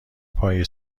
پای